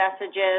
messages